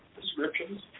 Descriptions